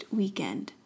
weekend